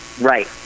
Right